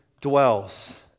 dwells